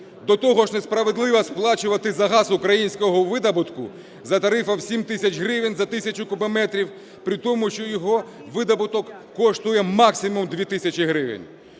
До того ж несправедливо сплачувати за газ українського видобутку за тарифом в 7 тисяч гривень за 1000 кубометрів, притому що його видобуток коштує максимум 2 тисячі гривень.